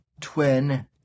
twin